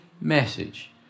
message